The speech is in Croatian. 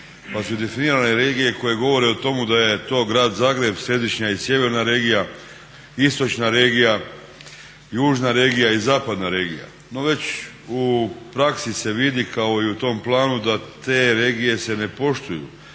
pa su definirane regije koje govore o tome da je to Grad Zagreb središnja i sjeverna regija, istočna regija, južna regija i zapadna regija. No već u praksi se vidi kao i u tom planu da te regije se ne poštuju,